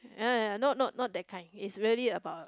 ya ya not not not that kind it's really about a